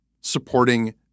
supporting